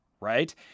Right